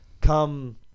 come